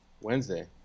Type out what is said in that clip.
Wednesday